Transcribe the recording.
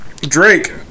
Drake